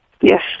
Yes